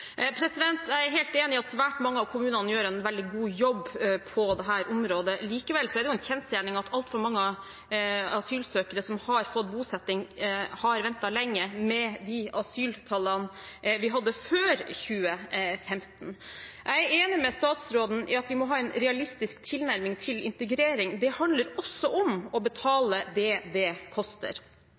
Jeg er helt enig i at svært mange av kommunene gjør en veldig god jobb på dette området. Likevel er det en kjensgjerning at altfor mange asylsøkere som har fått bosetting, har ventet lenge, med de asyltallene vi hadde før 2015. Jeg er enig med statsråden i at vi må ha en realistisk tilnærming til integrering. Det handler også om å betale det det koster.